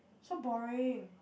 so boring